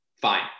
fine